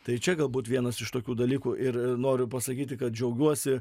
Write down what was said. tai čia galbūt vienas iš tokių dalykų ir noriu pasakyti kad džiaugiuosi